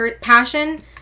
passion